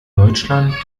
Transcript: deutschland